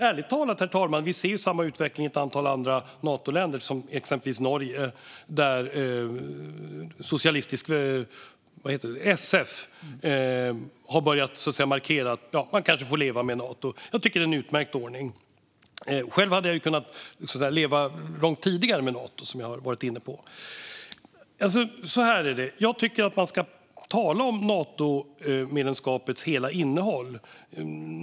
Ärligt talat, herr talman, ser vi samma utveckling i ett antal Natoländer - exempelvis Norge, där SV har börjat markera att man kanske får leva med Nato. Jag tycker att det är en utmärkt ordning. Själv hade jag kunnat leva med Nato långt tidigare, som jag har varit inne på. Så här är det: Jag tycker att man ska tala om Natomedlemskapets hela innehåll.